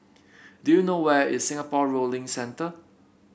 do you know where is Singapore Rowing Centre